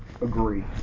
Agree